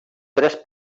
tres